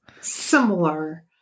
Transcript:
similar